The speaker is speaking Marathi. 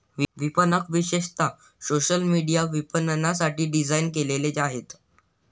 विपणक विशेषतः सोशल मीडिया विपणनासाठी डिझाइन केलेले आहेत